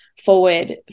forward